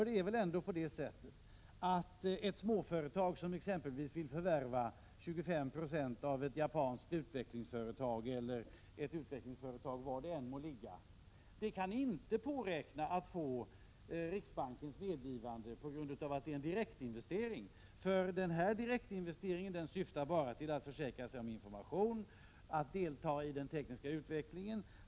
Det är väl ändå så att ett småföretag som exempelvis vill förvärva 25 90 av ett japanskt utvecklingsföretag eller av ett annat utländskt företag inte kan påräkna riksbankens medgivande. Det är ju fråga om en direktinvestering som bara syftar till att man skall försäkra sig om information för deltagande i den tekniska utvecklingen.